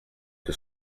que